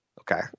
Okay